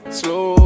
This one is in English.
slow